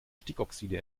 stickoxide